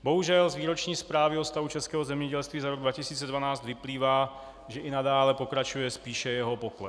Bohužel z Výroční zprávy o stavu českého zemědělství za rok 2012 vyplývá, že i nadále pokračuje spíše jeho pokles.